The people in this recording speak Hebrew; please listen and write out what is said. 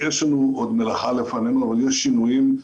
יש לנו עוד מלאכה לפנינו, אבל יש שינויים.